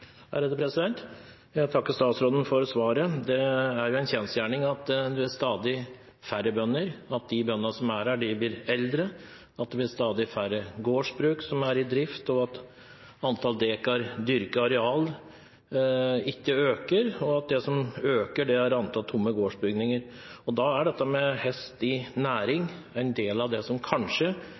Jeg takker statsråden for svaret. Det er en kjensgjerning at det blir stadig færre bønder, at de bøndene som finnes blir eldre, at det blir stadig færre gårdsbruk som er i drift, at antallet dekar dyrket areal ikke øker, og at det som øker, er antallet tomme gårdsbygninger. Da er dette med hest i næring en del av det som kanskje